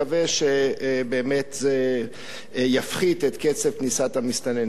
שזה באמת יפחית את קצב כניסת המסתננים.